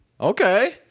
Okay